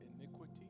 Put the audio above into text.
iniquity